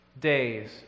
days